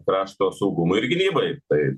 krašto saugumui ir gynybai tai